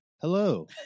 Hello